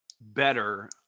better